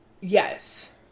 Yes